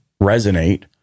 resonate